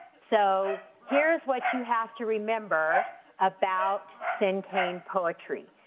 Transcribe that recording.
so here's what you have to remember about so cinquain poetry.